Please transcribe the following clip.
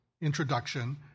introduction